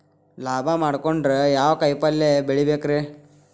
ಲಾಭ ಮಾಡಕೊಂಡ್ರ ಯಾವ ಕಾಯಿಪಲ್ಯ ಬೆಳಿಬೇಕ್ರೇ?